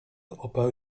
oparł